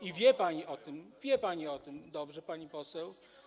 I wie pani o tym, wie pani o tym dobrze, pani poseł.